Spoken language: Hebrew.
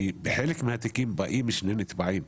שחלק מהתיקים באים בשביל נתבעים.